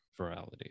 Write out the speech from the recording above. virality